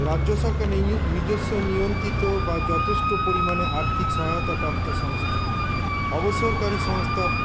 রাজ্য সরকার নিজস্ব নিয়ন্তিত বা যথেষ্ট পরিমাণে আর্থিক সহায়তা প্রাপ্ত সংস্থা অবসরকারি সংস্থা